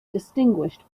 distinguished